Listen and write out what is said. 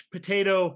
Potato